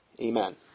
Amen